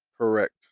Correct